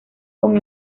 con